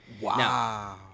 Wow